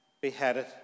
beheaded